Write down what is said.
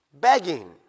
begging